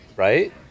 Right